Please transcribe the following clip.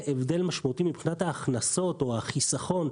הבדל משמעותי מבחינת ההכנסות או החיסכון.